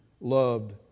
loved